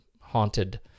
haunted